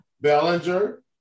Bellinger